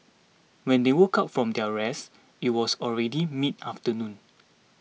when they woke up from their rest it was already midafternoon